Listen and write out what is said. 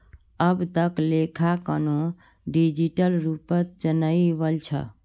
अब त लेखांकनो डिजिटल रूपत चनइ वल छ